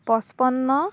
পঁচপন্ন